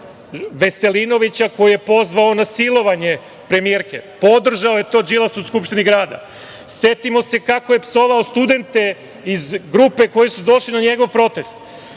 Veselinovića, koji je pozvao na silovanje premijerke. Podržao je to Đilas u Skupštini grada. Setimo se kako je psovao studente iz grupe koji su došli na njegov protest.